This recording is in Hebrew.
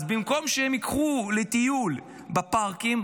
אז במקום שהם ייקחו לטיול בפארקים,